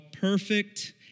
perfect